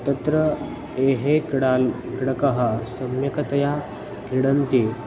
तत्र ये क्रीडालवः क्रीडकाः सम्यक्तया क्रीडन्ति